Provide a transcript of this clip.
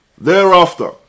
Thereafter